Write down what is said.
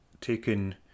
taken